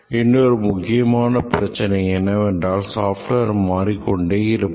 இன்னொரு முக்கியமான பிரச்சனை என்னவென்றால் software மாறிக் கொண்டே இருப்பது